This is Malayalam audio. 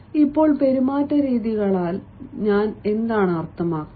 ഇപ്പോൾ പെരുമാറ്റരീതികളാൽ ഞാൻ എന്താണ് അർത്ഥമാക്കുന്നത്